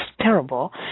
terrible